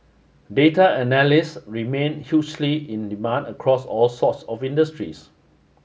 data analysts remain hugely in demand across all sorts of industries